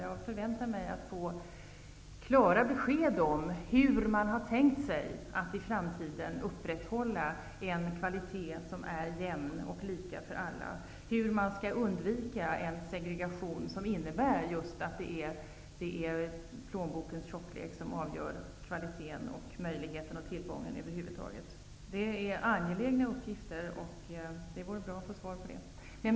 Jag förväntar mig att få klara besked om hur man har tänkt sig att i framtiden upprätthålla en jämn kvalitet som är lika för alla, hur man skall undvika en segregation som innebär att plånbokens tjocklek avgör kvalitet och tillgång över huvud taget. Det är angelägna uppgifter. Det vore bra att få svar på det.